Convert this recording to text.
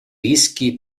rischi